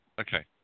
Okay